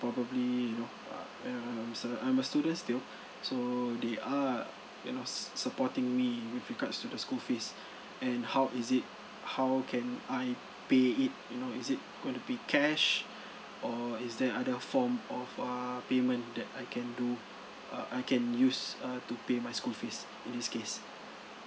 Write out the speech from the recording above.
probably you know uh I'm a I'm a student still so they are you know supporting me with regards to the school fees and how is it how can I pay it you know is it gonna be cash or is there other form of err payment that I can do uh I can use uh to pay my school fees in this case